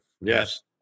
Yes